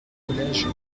collèges